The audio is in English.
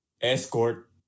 escort